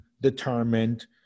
determined